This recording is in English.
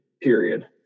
period